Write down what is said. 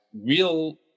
real